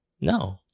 No